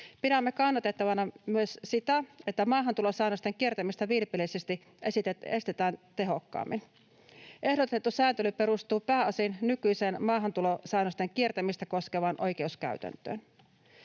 Pidämme kannatettavana myös sitä, että maahantulosäännösten kiertämistä vilpillisesti estetään tehokkaammin. Ehdotettu säätely perustuu pääosin nykyiseen maahantulosäännösten kiertämistä koskevaan oikeuskäytäntöön.